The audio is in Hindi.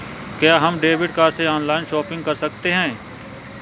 क्या हम क्रेडिट कार्ड से ऑनलाइन शॉपिंग कर सकते हैं?